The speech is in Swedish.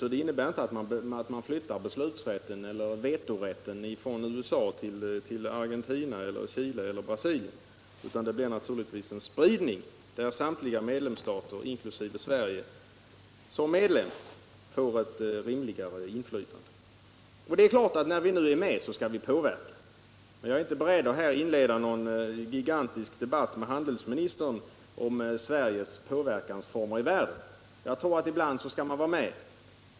Men det innebär inte att man flyttar beslutseller vetorätten från USA till Argentina, Chile eller Brasilien, utan i så fall blir det en spridning där samtliga medlemsstater, inkl. Sverige, får ett rimligare inflytande. När vi nu är med i IDB skall vi naturligtvis försöka påverka besluten. Sedan är jag inte beredd att här ta upp någon gigantisk debatt med handelsministern om Sveriges påverkansformer i världen. Jag anser att ibland skall vi vara med.